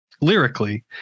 lyrically